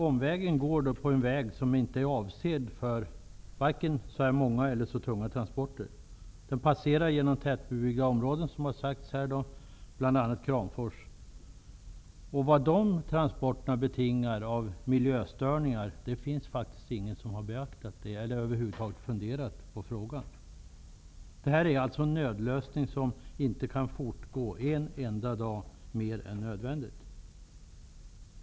Omvägen går på en väg som inte är avsedd för så här många eller så tunga transporter. Den går genom tätbebyggda områden, exempelvis Kramfors. Ingen har funderat över vilka miljöstörningar dessa transporter ger upphov till. Det är fråga om en nödlösning som inte kan fortgå en enda dag mer än nödvändigt.